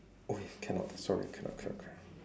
!oi! cannot sorry cannot cannot cannot